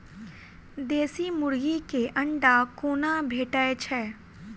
देसी मुर्गी केँ अंडा कोना भेटय छै?